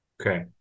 Okay